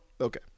Okay